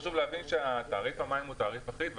חשוב להבין שתעריף המים הוא תעריף אחיד,